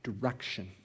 direction